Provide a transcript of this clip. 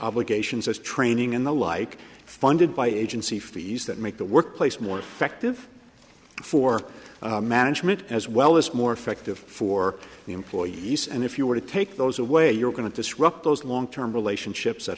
obligations as training and the like funded by agency fees that make the workplace more effective for management as well as more effective for the employees and if you were to take those away you're going to disrupt those long term relationships that